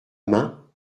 main